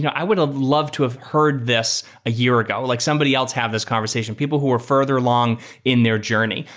yeah i would've loved to have heard this a year ago, like somebody else have this conversation. people who were further along in their journey.